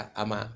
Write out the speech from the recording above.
ama